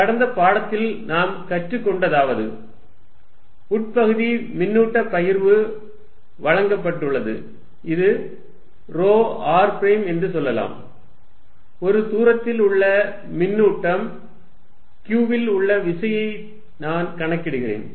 Fq4π0ρdVr r2r கடந்த பாடத்தில் நாம் கற்றுக்கொண்டதாவது உட்பகுதி மின்னூட்ட பகிர்வு வழங்கப்பட்டுள்ளது இது ρ r பிரைம் என்று சொல்லலாம் ஒரு தூரத்தில் உள்ள மின்னூட்டம் q இல் உள்ள விசையைக் நான் கணக்கிடுகிறேன்